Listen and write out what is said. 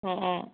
অঁ অঁ